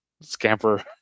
scamper